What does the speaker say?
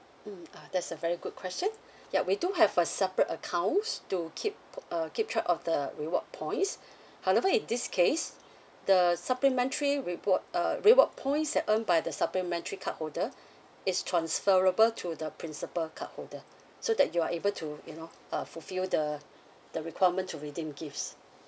mmhmm ah that's a very good question ya we do have a separate accounts to keep uh keep track of the reward points however in this case the supplementary reward uh reward points that earned by the supplementary cardholder is transferable through the principal cardholder so that you are able to you know uh fulfil the the requirement to redeem gifts